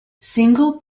single